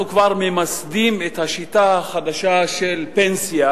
כבר ממסדים את השיטה החדשה של פנסיה,